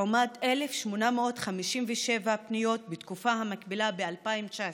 לעומת 1,857 פניות בתקופה המקבילה ב-2019.